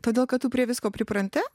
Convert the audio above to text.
todėl kad tu prie visko pripranti